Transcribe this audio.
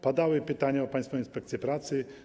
Padały pytania o Państwową Inspekcję Pracy.